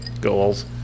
Goals